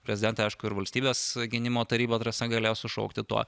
prezidentai aišku ir valstybės gynimo taryba ta prasme galėjo sušaukti tuo